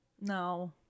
no